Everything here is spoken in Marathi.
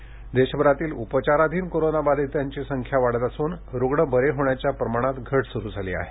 कोविड राष्ट्रीय देशभरातील उपचाराधीन कोरोनाबाधितांची संख्या वाढत असून रुग्ण बरे होण्याच्या प्रमाणात घट सुरू झाली आहे